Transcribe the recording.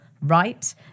right